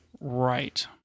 Right